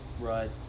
Right